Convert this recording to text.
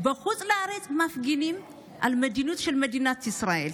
בחוץ לארץ מפגינים על המדיניות של מדינת ישראל.